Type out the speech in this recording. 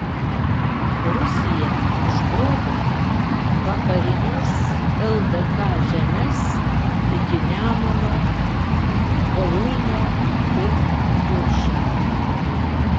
rusija užgrobė vakarines ldk žemes iki nemuno voluinę ir kuršą